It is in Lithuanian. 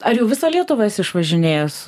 ar jau visą lietuvą esi išvažinėjęs